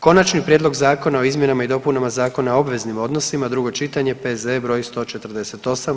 Konačni prijedlog zakona o izmjenama i dopunama Zakona o obveznim odnosima, drugo čitanje, P.Z. br. 148.